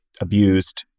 abused